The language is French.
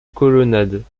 colonnades